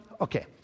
okay